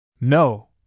No